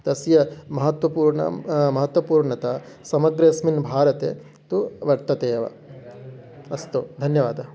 तस्य महत्वपूर्णं महत्वपूर्णता समग्रे अस्मिन् भारते तु वर्तते एव अस्तु धन्यवादः